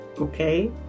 okay